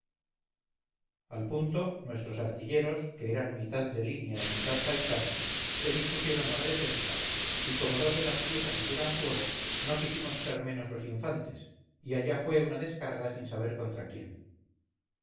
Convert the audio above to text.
al punto nuestros artilleros que eran mitad de línea y mitad paisanos se dispusieron a la defensa y como dos de las piezas hicieran fuego no quisimos ser menos los infantes y allá fue una descarga sin saber contra quién